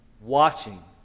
watching